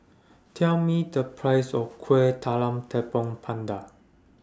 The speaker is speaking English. Tell Me The Price of Kuih Talam Tepong Pandan